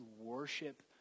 worship